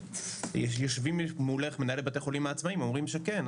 יושבים מולך בתי החולים העצמאיים ואומרים שכן,